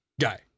guy